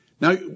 Now